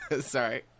Sorry